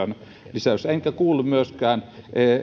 enkä kuullut myöskään